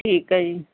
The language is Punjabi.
ਠੀਕ ਹੈ ਜੀ